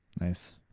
nice